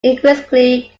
increasingly